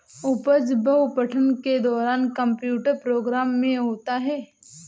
उपज बहु पठन के दौरान कंप्यूटर प्रोग्राम में होता है